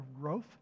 growth